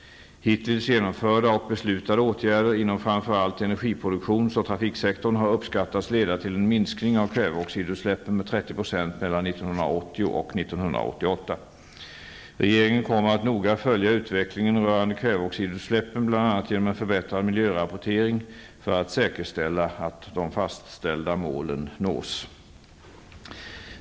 Hittills genomförda och beslutade åtgärder inom framför allt energiproduktions och trafiksektorn har uppskattats leda till en minskning av kväveoxidutsläppen med 30 % mellan 1980 och 1998. Regeringen kommer att noga följa utvecklingen rörande kväveoxidutsläppen bl.a. genom en förbättrad miljörapportering, för att säkerställa att de fastställda målen nås.